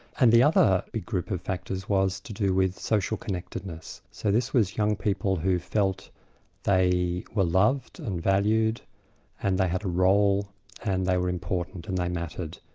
and the other big group of factors was to do with social connectedness. so this was young people who felt they were loved and valued and they had a role and they were important and they mattered.